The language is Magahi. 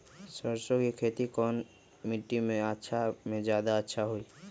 सरसो के खेती कौन मिट्टी मे अच्छा मे जादा अच्छा होइ?